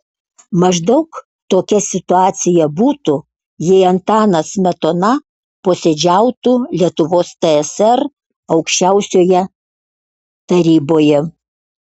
maždaug tokia situacija būtų jei antanas smetona posėdžiautų lietuvos tsr aukščiausioje taryboje